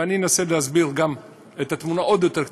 ואני אנסה להסביר גם את התמונה העוד-יותר,